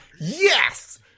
Yes